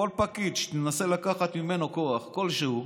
כל פקיד שתנסה לקחת ממנו כוח, כלשהו,